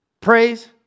praise